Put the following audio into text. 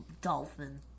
dolphin